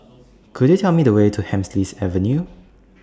Could YOU Tell Me The Way to Hemsley Avenue